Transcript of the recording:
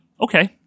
Okay